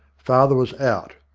father was out,